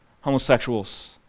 homosexuals